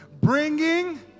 Bringing